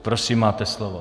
Prosím, máte slovo.